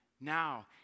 Now